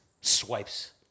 swipes